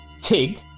Tig